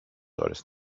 ώρες